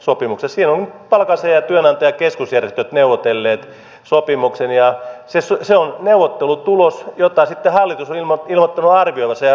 siinä ovat palkansaajien ja työnantajien keskusjärjestöt neuvotelleet sopimuksen ja se on neuvottelutulos jota sitten hallitus on ilmoittanut arvioivansa